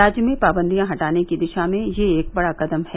राज्य में पाबंदियां हटाने की दिशा में यह एक बड़ा कदम है